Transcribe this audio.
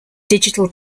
digital